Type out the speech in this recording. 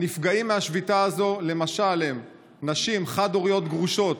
הנפגעים מהשביתה הזו הם למשל נשים חד-הוריות גרושות,